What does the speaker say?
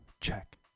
check